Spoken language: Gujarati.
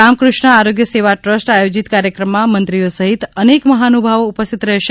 રામકૃષ્ણ આરોગ્ય સેવા ટ્રસ્ટ આયોજીત કાર્યક્રમમાં મંત્રીઓ સહિત અનેક મહાનુભાવો ઉપસ્થિત રહેશે